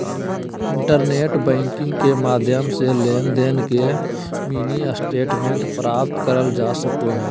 internet banking के माध्यम से लेनदेन के मिनी स्टेटमेंट प्राप्त करल जा सको हय